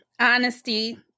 honesty